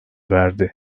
verdi